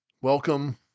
Welcome